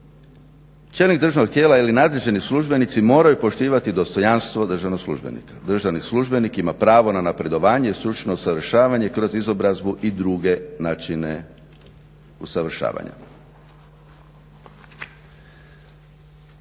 Čelnik državnog tijela ili nadređeni službenici moraju poštivati dostojanstvo državnog službenika. Državni službenik ima pravo na napredovanje, stručno usavršavanje kroz izobrazbu i druge načine usavršavanja.